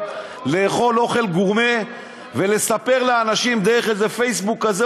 לאכול אוכל גורמה ולספר לאנשים דרך איזה פייסבוק כזה